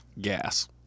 Gas